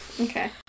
Okay